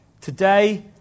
today